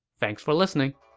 thanks for listening!